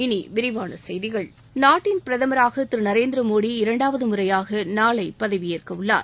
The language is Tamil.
இனி விரிவான செய்திகள் நாட்டின் பிரதமராக திரு நரேந்திர மோடி இரண்டாவது முறையாக நாளை பதவியேற்க உள்ளார்